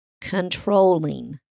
controlling